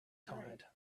tired